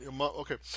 Okay